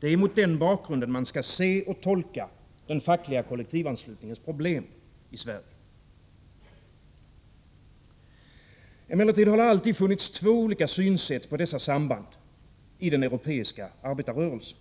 Det är mot den bakgrunden man skall se och tolka den fackliga kollektivanslutningens problem i Sverige. Emellertid har det alltid funnits två olika synsätt på dessa samband i den europeiska arbetarrörelsen.